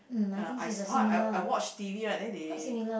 uh I saw I I watched T_V right then there